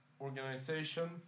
organization